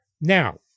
Now